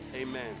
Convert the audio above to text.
Amen